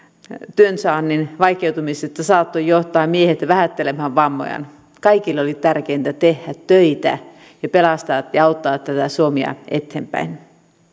työnsaannin vaikeutumisesta saattoi johtaa miehet vähättelemään vammojaan kaikille oli tärkeintä tehdä töitä ja pelastaa ja auttaa tätä suomea eteenpäin